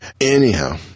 anyhow